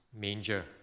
manger